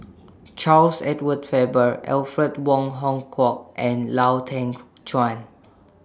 Charles Edward Faber Alfred Wong Hong Kwok and Lau Teng Chuan